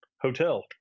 Hotel